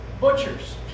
butchers